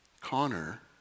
Connor